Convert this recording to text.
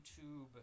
YouTube